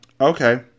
Okay